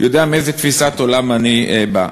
יודע מאיזו תפיסת עולם אני בא.